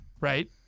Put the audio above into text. Right